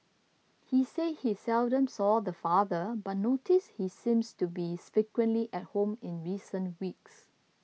he said he seldom saw the father but noticed he seems to be frequently at home in recent weeks